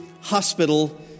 hospital